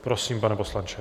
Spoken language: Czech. Prosím, pane poslanče.